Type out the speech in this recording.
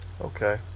Okay